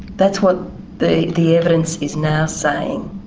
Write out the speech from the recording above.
that's what the the evidence is now saying